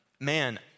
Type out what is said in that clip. man